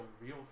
real